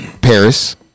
Paris